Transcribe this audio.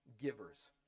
givers